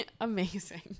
Amazing